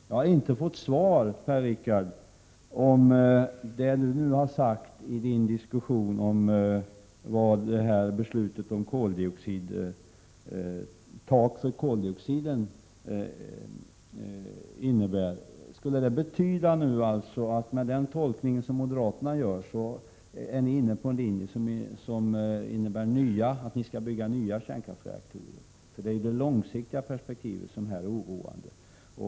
Jag har inte fått svar av Per-Richard Molén om vad han har sagt rörande innebörden av beslutet om ett tak för koldioxiden. Betyder den tolkning som moderaterna gör att ni är inne på att bygga nya kärnkraftverk? Det är det långsiktiga perspektivet som är oroande.